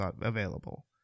available